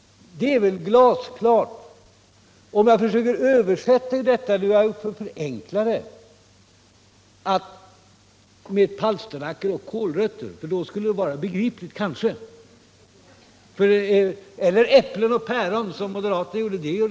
Det är väl glasklart. Jag försöker förenkla resonemanget genom att tala om palsternackor och kålrötter, men det går lika bra att använda äpplen och päron, som moderaterna har gjort.